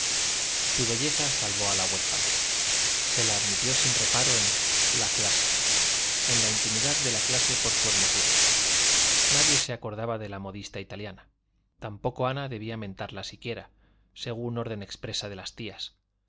su belleza salvó a la huérfana se la admitió sin reparo en la clase en la intimidad de la clase por su hermosura nadie se acordaba de la modista italiana tampoco ana debía mentarla siquiera según orden expresa de las tías